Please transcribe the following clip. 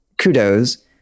kudos